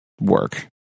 work